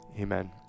amen